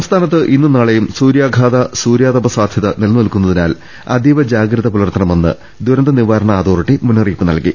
സംസ്ഥാനത്ത് ഇന്നും നാളെയും സൂര്യാഘാത സൂര്യാതപ സാധ്യത നിലനിൽക്കുന്നതിനാൽ അതീവ ജാഗ്രത പുലർത്തണമെന്ന് ദുരന്ത നിവാരണ അതോറിറ്റി മുന്നറിയിപ്പ് നൽകി